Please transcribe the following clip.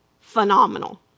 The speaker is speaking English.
phenomenal